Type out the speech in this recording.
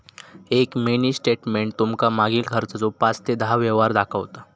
एक mini statement तुमका मागील खर्चाचो पाच ते दहा व्यवहार दाखवता